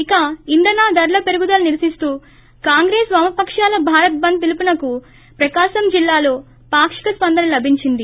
ఇక ఇంధన ధరల పెరుగుదలను నిరసిస్తూ కాంగ్రెస్ వామపకాలు భారత్ బంద్ పిలుపునకు ప్రకాశం జిల్లాలో పాక్షిక స్సందన లభించింది